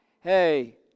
Hey